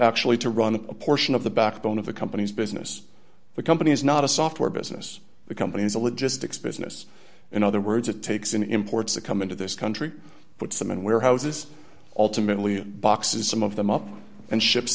actually to run a portion of the backbone of the company's business the company is not a software business the company is a logistics business in other words it takes an imports to come into this country puts them in warehouses ultimately boxes some of them up and ship